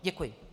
Děkuji.